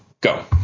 Go